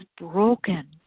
broken